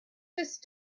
just